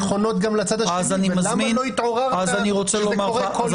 אבל כל המילים הגבוהות האלה,